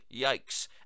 yikes